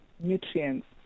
nutrients